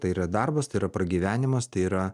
tai yra darbas tai yra pragyvenimas tai yra